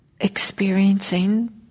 experiencing